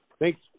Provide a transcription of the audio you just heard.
Thanks